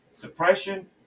depression